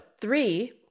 three